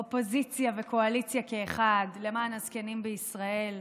אופוזיציה וקואליציה כאחד, למען הזקנים בישראל.